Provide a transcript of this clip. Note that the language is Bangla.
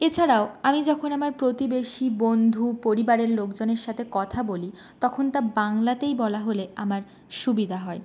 এছাড়াও আমি যখন আমার প্রতিবেশী বন্ধু পরিবারের লোকজনের সাথে কথা বলি তখন তা বাংলাতেই বলা হলে আমার সুবিধা হয়